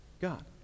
God